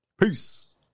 Peace